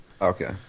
Okay